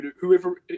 Whoever